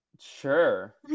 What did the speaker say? Sure